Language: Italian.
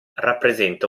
rappresenta